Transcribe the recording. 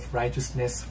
righteousness